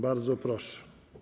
Bardzo proszę.